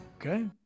Okay